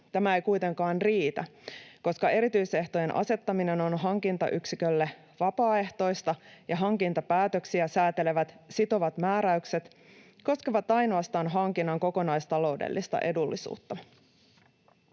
Tämä ei kuitenkaan riitä, koska erityisehtojen asettaminen on hankintayksikölle vapaaehtoista ja hankintapäätöksiä sääntelevät sitovat määräykset koskevat ainoastaan hankinnan kokonaistaloudellista edullisuutta.